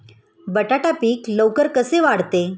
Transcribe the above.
बटाटा पीक लवकर कसे वाढते?